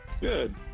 Good